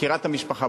מכירה את המשפחה,